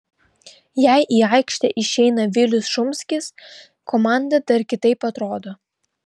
jei į aikštę išeina vilius šumskis komanda dar kitaip atrodo